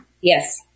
Yes